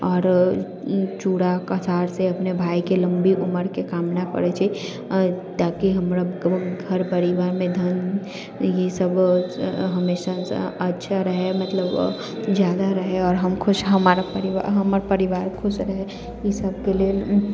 आरू चूड़ा कसारसँ अपन भायके लम्बी उमरके कामना करै छै ताकि हमरा घर परिवारमे धन ई सब हमेशासँ अच्छा रहै मतलब जादा रहै आओर हम खुश हमारा परिवार हमर परिवार खुश रहै ई सबके लेल